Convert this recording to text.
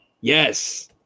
Yes